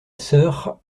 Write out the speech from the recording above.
sœur